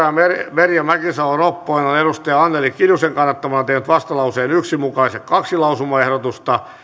merja mäkisalo ropponen on anneli kiljusen kannattamana tehnyt vastalauseen yksi mukaiset kaksi lausumaehdotusta